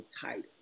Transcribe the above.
title